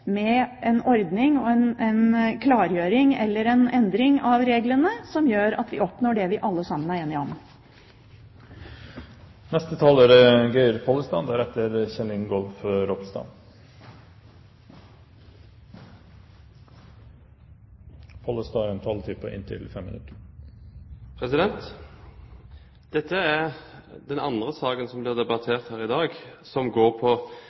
med en ordning og en klargjøring – eller en endring av reglene – som gjør at vi oppnår det vi alle er enige om. Dette er den andre saken som blir debattert her i dag, som går på det jeg ønsker å kalle EØS-avtalens bakside. Det skrives i innstillingen at dette er resultat av et regelverk som